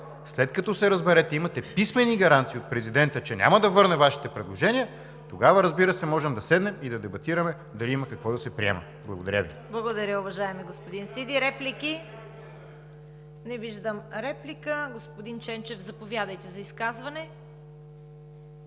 след като се разберете и имате писмени гаранции от президента, че няма да върне Вашите предложения, тогава, разбира се, може да седнем и да дебатираме дали има какво да се приема. Благодаря Ви. ПРЕДСЕДАТЕЛ ЦВЕТА КАРАЯНЧЕВА: Благодаря, уважаеми господин Сиди! Реплики? Не виждам. Господин Ченчев, заповядайте за изказване.